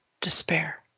despair